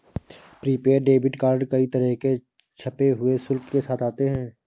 prepaid debit card कई तरह के छिपे हुए शुल्क के साथ आते हैं